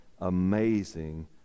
amazing